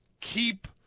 keep